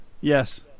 Yes